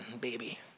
Baby